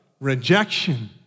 rejection